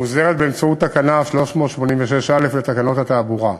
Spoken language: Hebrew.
מוסדרת בתקנה 386א לתקנות התעבורה.